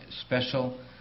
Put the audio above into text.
special